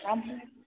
ओमफ्राय